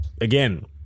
Again